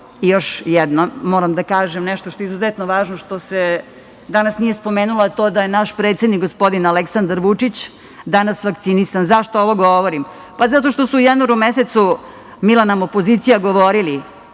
jednom, moram da kažem nešto što je izuzetno važno, što se danas nije spomenula, a to je da je naš predsednik, gospodin Aleksandar Vučić danas vakcinisan. Zašto ovo govorim? Zato što su u januaru mesecu ostaci od opozicije govorili